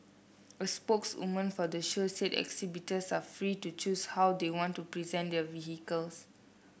a spokeswoman for the show said exhibitors are free to choose how they want to present their vehicles